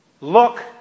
look